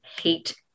hate